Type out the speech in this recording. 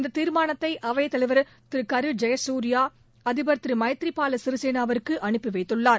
இந்த தீர்மானத்தை அவைத்தலைவர் திரு கரு ஜெயசூர்யா அதிபர் திரு மைத்ரிபால சிறிசேனாவுக்கு அனுப்பி வைத்துள்ளார்